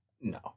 No